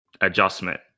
adjustment